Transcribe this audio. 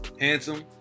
Handsome